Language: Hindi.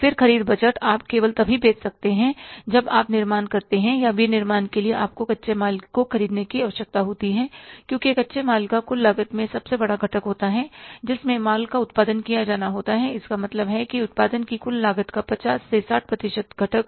फिर ख़रीद बजट आप केवल तभी बेच सकते हैं जब आप निर्माण करते हैं और विनिर्माण के लिए आपको कच्चे माल को खरीदने की आवश्यकता होती है क्योंकि कच्चे माल का कुल लागत में सबसे बड़ा घटक होता है जिसमें माल का उत्पादन किया जाना होता है इसका मतलब है कि उत्पाद की कुल लागत का 50 से 60 प्रतिशत घटक